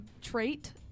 trait